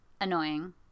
annoying